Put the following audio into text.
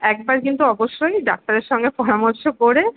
একবার কিন্তু অবশ্যই ডাক্তারের সঙ্গে পরামর্শ করে